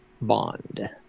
Bond